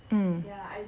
hmm